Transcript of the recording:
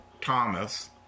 Thomas